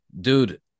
dude